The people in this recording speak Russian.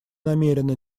намерена